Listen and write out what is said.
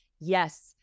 Yes